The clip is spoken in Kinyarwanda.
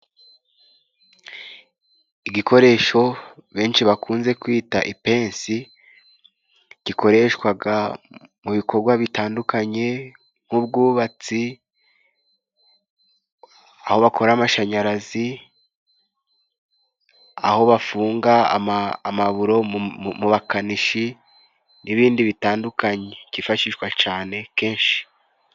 Igikoresho benshi bakunze kwita ipensi gikoreshwaga mu bikorwa bitandukanye: nk'ubwubatsi, aho bakora amashanyarazi, aho bafunga amaburo mu bakanishi n'ibindi bitandukanye. Kifashishwa cyane kenshi.